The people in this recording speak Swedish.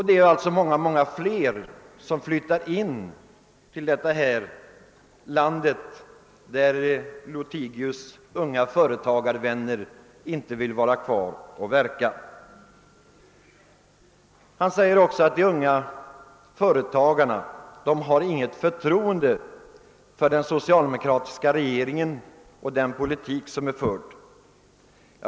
Det är många fler som flyttar in till Sverige där herr Lothigius” unga företagarvänner inte vill vara kvar och verka. Han säger också att de unga företagarna inte har något förtroende för den socialdemokratiska regeringen och dess politik.